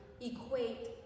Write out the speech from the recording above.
equate